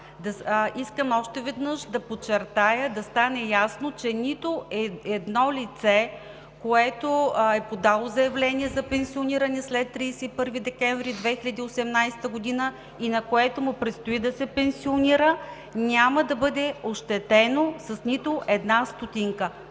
Искам още веднъж да подчертая и да стане ясно, че нито едно лице, което е подало заявление за пенсиониране след 31 декември 2018 г. и на което му предстои да се пенсионира, няма да бъде ощетено с нито една стотинка.